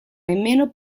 nemmeno